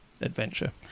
adventure